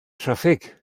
traffig